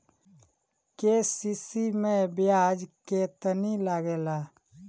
KCC मै ब्याज केतनि लागेला?